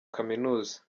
kaminuza